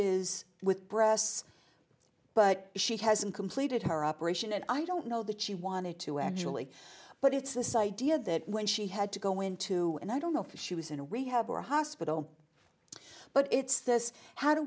is with breasts but she hasn't completed her operation and i don't know that she wanted to actually but it's this idea that when she had to go into and i don't know if she was in a rehab or a hospital but it's this how do